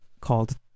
called